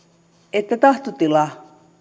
että tahtotila